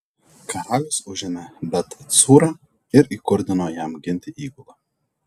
karalius užėmė bet cūrą ir įkurdino jam ginti įgulą